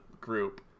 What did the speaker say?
group